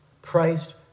Christ